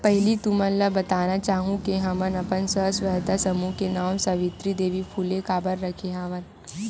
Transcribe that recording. पहिली तुमन ल बताना चाहूँ के हमन अपन स्व सहायता समूह के नांव सावित्री देवी फूले काबर रखे हवन